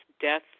death